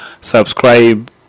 subscribe